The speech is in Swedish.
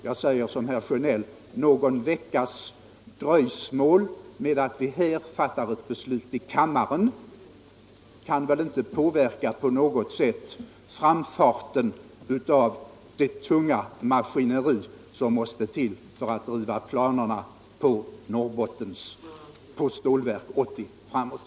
Jag säger som herr Sjönell: Någon veckas dröjsmål med ett beslut i kammaren kan väl inte på något sätt påverka framfarten av det tunga maskineri som måste till för att driva planeringen av Stålverk 80 framåt.